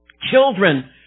children